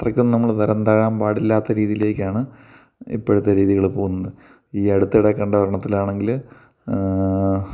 അത്രയ്ക്കൊന്നും നമ്മൾ തരന്താഴാൻ പാടില്ലാത്ത രീതിയിലേക്കാണ് ഇപ്പോഴത്തെ രീതികൾ പോകുന്നത് ഈ അടുത്തിടെ കണ്ട ഒരെണ്ണത്തിൽ ആണെങ്കിൽ